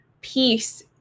peace